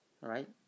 right